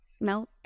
no